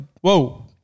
whoa